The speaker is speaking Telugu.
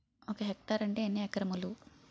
ఒక హెక్టార్ అంటే ఎన్ని ఏకరములు?